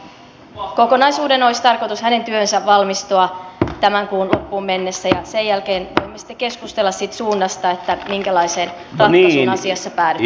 tämän kokonaisuuden hänen työnsä olisi tarkoitus valmistua tämän kuun loppuun mennessä ja sen jälkeen voimme sitten keskustella siitä suunnasta minkälaiseen ratkaisuun asiassa päädytään